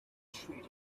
treat